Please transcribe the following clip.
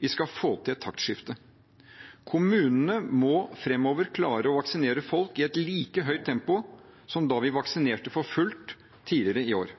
Vi skal få til et taktskifte. Kommunene må framover klare å vaksinere folk i et like høyt tempo som da vi vaksinerte for fullt tidligere i år.